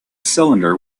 cylinder